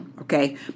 Okay